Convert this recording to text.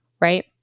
right